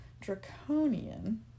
Draconian